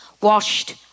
washed